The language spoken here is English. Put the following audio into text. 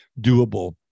doable